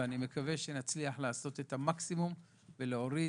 ואני מקווה שנצליח לעשות את המקסימום ולהוריד